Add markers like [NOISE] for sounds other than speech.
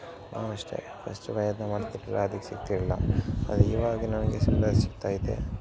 ನಾನು ಅಷ್ಟೇ ಪಶ್ಟ್ ಪ್ರಯತ್ನ ಮಾಡ್ತಿರಲಿಲ್ಲ ಅದಕ್ಕೆ ಸಿಕ್ಕಿರಲ್ಲ ಆದರೆ ಈವಾಗ ನನಗೆ [UNINTELLIGIBLE] ಸಿಗ್ತಾಯಿದೆ